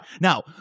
Now